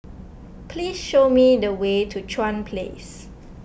please show me the way to Chuan Place